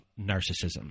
narcissism